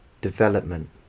development